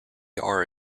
are